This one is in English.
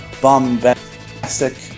bombastic